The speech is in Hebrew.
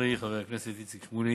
חברי חבר הכנסת איציק שמולי,